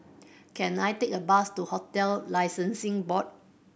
can I take a bus to Hotel Licensing Board